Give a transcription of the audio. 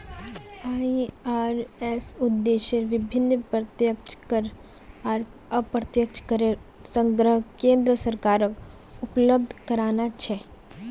IRS उद्देश्य विभिन्न प्रत्यक्ष कर आर अप्रत्यक्ष करेर संग्रह केन्द्र सरकारक उपलब्ध कराना छे